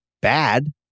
bad